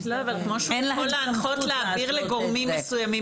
--- כמו שהוא יכול להנחות להעביר לגורמים מסוימים,